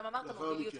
גם מוביליות חברתית.